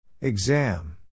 Exam